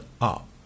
up